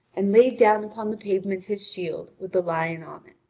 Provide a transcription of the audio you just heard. and laid down upon the pavement his shield with the lion on it.